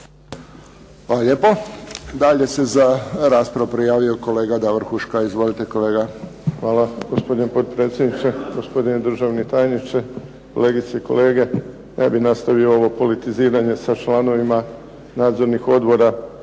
lijepo. Dalje se raspravu prijavio kolega Davor Huška. Izvolite kolega. **Huška, Davor (HDZ)** Hvala gospodine potpredsjedniče, gospodine državni tajniče, kolegice i kolege. Ne bih nastavio ovo politiziranje sa članovima nadzornih odbora